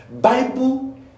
Bible